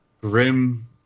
grim